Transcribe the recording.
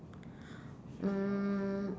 um